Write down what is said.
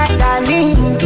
darling